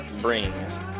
brings